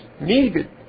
needed